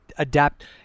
adapt